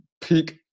peak